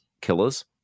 killers